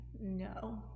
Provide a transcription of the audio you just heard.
No